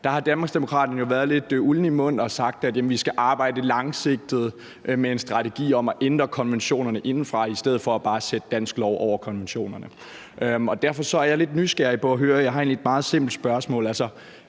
Danmarksdemokraterne jo haft lidt uld i mund og sagt, at vi skal arbejde langsigtet med en strategi om at ændre konventionerne indefra i stedet for bare at sætte dansk lov over konventionerne. Og derfor er jeg bare lidt nysgerrig på at høre, og det er egentlig et simpelt spørgsmål: